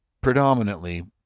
predominantly